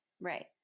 Right